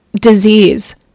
disease